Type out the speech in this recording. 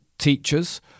teachers